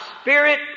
Spirit